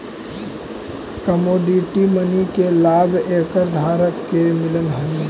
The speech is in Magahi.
कमोडिटी मनी के लाभ एकर धारक के मिलऽ हई